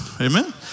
Amen